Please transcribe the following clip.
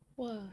!wah!